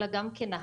אלא גם כנהג,